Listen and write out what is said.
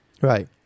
Right